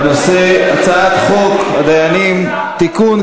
אנחנו הולכים להצבעה בנושא הצעת חוק הדיינים (תיקון,